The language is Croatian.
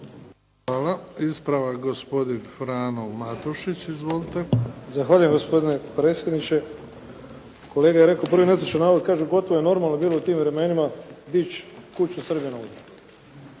Hvala. Ispravak gospodin Frano Matušić. Izvolite. **Matušić, Frano (HDZ)** Zahvaljujem gospodine predsjedniče. Kolega je rekao prvi netočan navod. Kaže “gotovo je normalno bilo u tim vremenima dić' kuću Srbinovu“.